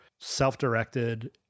self-directed